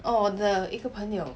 oh 我的一个朋友